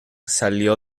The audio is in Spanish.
salió